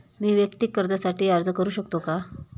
मी वैयक्तिक कर्जासाठी अर्ज करू शकतो का?